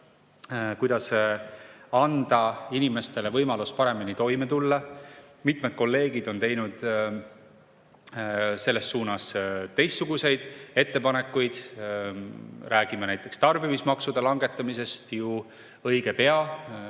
kuidas anda inimestele võimalus paremini toime tulla. Mitmed kolleegid on teinud selles suunas teistsuguseid ettepanekuid. Õige pea räägime ju näiteks tarbimismaksude langetamisest. See